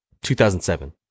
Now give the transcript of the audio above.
2007